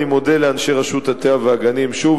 אני מודה לאנשי רשות הטבע והגנים שוב,